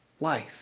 life